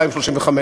2035,